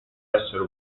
essere